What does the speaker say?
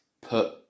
put